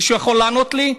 מישהו יכול לענות לי?